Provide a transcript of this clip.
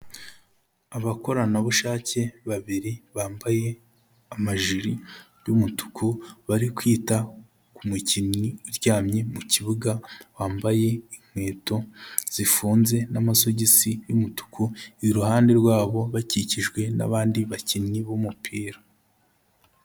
Abakoranabushake babiri bambaye amajiri y'umutuku, bari kwita ku mukinnyi uryamye mu kibuga, wambaye inkweto zifunze n'amasogisi y'umutuku, iruhande rwabo bakikijwe n'abandi bakinnyi b'umupira.